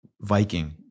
Viking